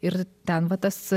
ir ten va tas